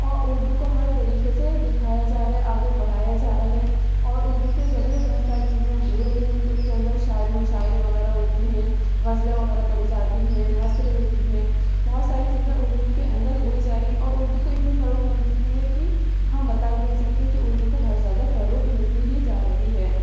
اور اردو کو ہر طریقے سے دکھایا جا رہا ہے آگے بڑھایا جا رہا ہے اور اردو کے ذریعے بہت ساری چیزیں ہو رہی ہیں یو ٹیوب کے اندر شاعرے مشاعرے وغیرہ ہوتے ہیں غزلیں وغیرہ پڑھی جاتی ہیں نثر ہوتی ہیں بہت ساری چیزیں اردو کے اندر ہوئی جا رہی ہیں اور اردو کو اتنی فروغ مل چکی ہے کہ ہم بتا ہی نہیں سکتے کہ اردو کو بہت زیادہ فروغ ملتی ہی جا رہی ہے